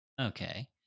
Okay